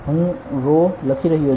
હું રો લખી રહ્યો છું